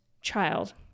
child